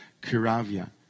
kiravia